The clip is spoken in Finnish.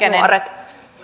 nuoret